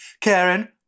Karen